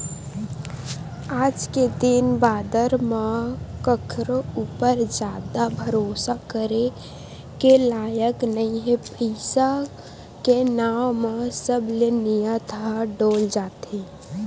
आज के दिन बादर म कखरो ऊपर जादा भरोसा करे के लायक नइ हे पइसा के नांव म सब के नियत ह डोल जाथे